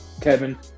kevin